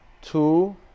two